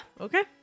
Okay